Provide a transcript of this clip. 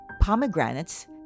Pomegranates